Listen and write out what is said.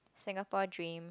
Singapore dream